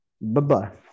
Bye-bye